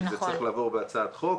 שזה צריך לעבור בהצעת חוק,